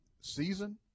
season